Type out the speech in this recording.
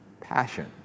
Passion